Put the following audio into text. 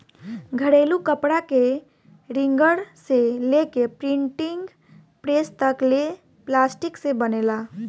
घरेलू कपड़ा के रिंगर से लेके प्रिंटिंग प्रेस तक ले प्लास्टिक से बनेला